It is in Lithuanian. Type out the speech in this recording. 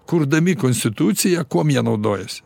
kurdami konstituciją kuom jie naudojasi